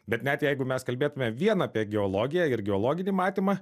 bet net jeigu mes kalbėtume vien apie geologiją ir geologinį matymą